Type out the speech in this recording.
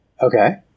Okay